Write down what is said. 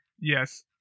Yes